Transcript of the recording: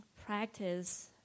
practice